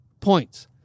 points